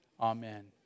Amen